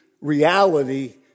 reality